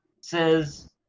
says